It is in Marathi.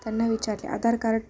त्यांना विचारले आधार कार्ड